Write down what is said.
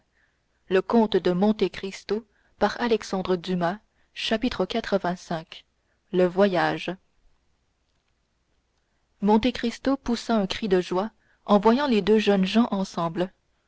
le comte de cristaux alexandre le voyage monte cristo poussa un cri de joie en voyant les deux jeunes gens ensemble